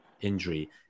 injury